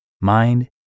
mind